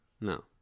No